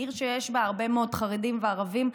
העיר שיש בה הרבה מאוד חרדים וערבים,